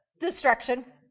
Destruction